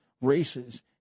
races